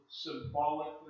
symbolically